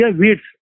weeds